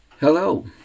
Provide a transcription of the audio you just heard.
hello